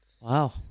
Wow